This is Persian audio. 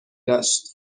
داشت